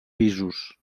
pisos